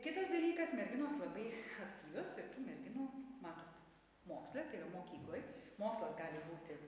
kitas dalykas merginos labai aktyvios ir tų merginų matot moksle tai yra mokykloj mokslas gali būti